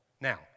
Now